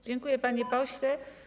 Dziękuję, panie pośle.